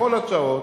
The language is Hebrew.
בכל השעות,